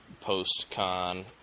post-con